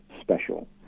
special